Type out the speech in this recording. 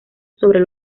sobre